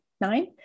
nine